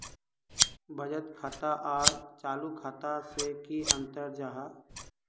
बचत खाता आर चालू खाता से की अंतर जाहा?